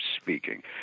speaking